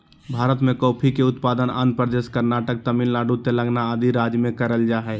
भारत मे कॉफी के उत्पादन आंध्र प्रदेश, कर्नाटक, तमिलनाडु, तेलंगाना आदि राज्य मे करल जा हय